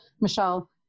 Michelle